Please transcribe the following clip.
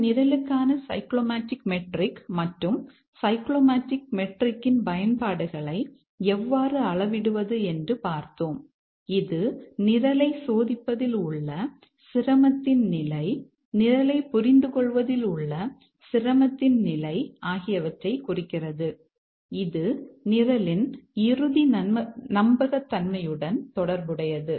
ஒரு நிரலுக்கான cyclomatic metric மற்றும் சைக்ளோமேடிக் மெட்ரிக்கின் பயன்பாடுகளை எவ்வாறு அளவிடுவது என்று பார்த்தோம் இது நிரலைச் சோதிப்பதில் உள்ள சிரமத்தின் நிலை நிரலைப் புரிந்துகொள்வதில் உள்ள சிரமத்தின் நிலை ஆகியவற்றைக் குறிக்கிறது இது நிரலின் இறுதி நம்பகத்தன்மையுடன் தொடர்புடையது